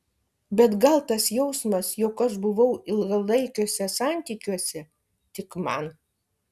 bet gal tas jausmas jog aš buvau ilgalaikiuose santykiuose tik man